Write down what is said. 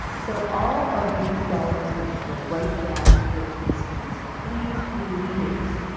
so all of these dollars are gonna go right back to give to the students. please be leaders.